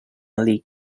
league